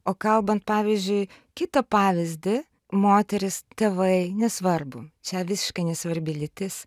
o kalbant pavyzdžiui kitą pavyzdį moterys tėvai nesvarbu čia visiškai nesvarbi lytis